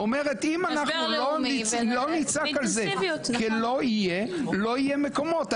אומרת אם אנחנו לא נצעק על זה כי לא יהיה לא יהיה מקומות,